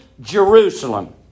Jerusalem